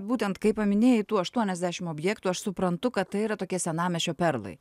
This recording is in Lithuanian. būtent kai paminėjai tų aštuoniasdešim objektų aš suprantu kad tai yra tokie senamiesčio perlai